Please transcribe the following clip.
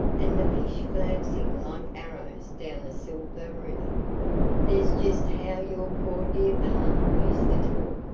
and the fish glancing like arrows down the silver river there's just how your poor dear pa used to talk,